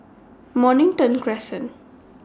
Mornington Crescent